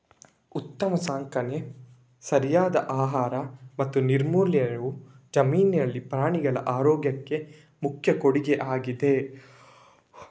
ಉತ್ತಮ ಸಾಕಾಣಿಕೆ, ಸರಿಯಾದ ಆಹಾರ ಮತ್ತು ನೈರ್ಮಲ್ಯವು ಜಮೀನಿನಲ್ಲಿ ಪ್ರಾಣಿಗಳ ಆರೋಗ್ಯಕ್ಕೆ ಮುಖ್ಯ ಕೊಡುಗೆಯಾಗಿದೆ